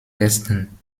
ersten